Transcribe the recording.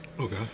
Okay